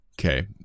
Okay